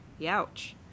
Youch